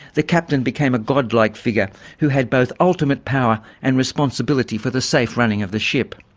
the captain became a god-like figure who had both ultimate power and responsibility for the safe running of the ship.